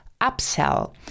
upsell